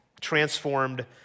Transformed